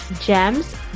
GEMS